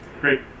Great